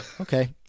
Okay